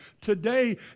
today